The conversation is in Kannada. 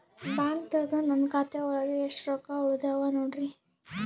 ಬ್ಯಾಂಕ್ದಾಗ ನನ್ ಖಾತೆ ಒಳಗೆ ಎಷ್ಟ್ ರೊಕ್ಕ ಉಳದಾವ ನೋಡ್ರಿ?